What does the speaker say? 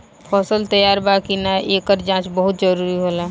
फसल तैयार बा कि ना, एकर जाँच बहुत जरूरी होला